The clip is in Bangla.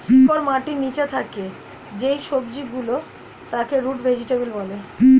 শিকড় মাটির নিচে থাকে যেই সবজি গুলোর তাকে রুট ভেজিটেবল বলে